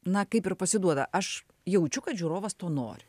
na kaip ir pasiduoda aš jaučiu kad žiūrovas to nori